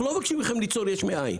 אנחנו לא מבקשים מכם ליצור יש מאין.